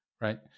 right